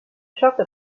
charte